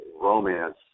romance